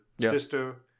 sister